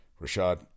Rashad